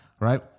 right